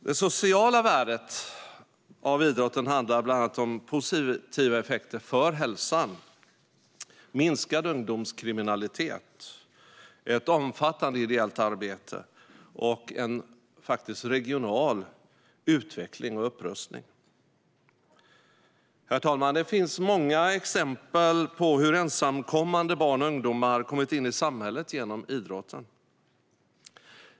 Det sociala värdet av idrotten handlar bland annat om positiva effekter på hälsan, minskad ungdomskriminalitet, ett omfattande ideellt arbete och regional utveckling och upprustning. Herr talman! Det finns många exempel på hur ensamkommande barn och ungdomar kommit in i samhället genom idrotten.